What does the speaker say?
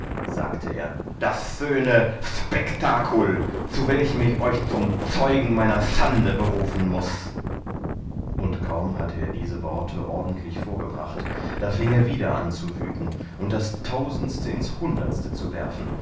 sagte er das schöne spektakul zu welchem ich euch zum zeugen meiner schande berufen muß und kaum hatte er diese worte ordentlich vorgebracht da fieng er wieder an zu wüten und das tausendste ins hundertste zu werfen